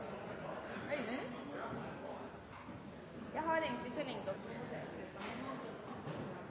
Jeg har ikke